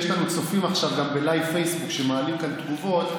יש לנו צופים עכשיו גם בלייב פייסבוק שמעלים כאן תגובות.